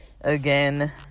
again